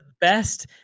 best